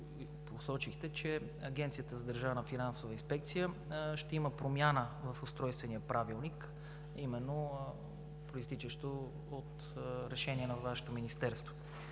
посочихте, че Агенцията за държавна финансова инспекция ще има промяна в Устройствения правилник, произтичаща именно от решение на Вашето Министерство.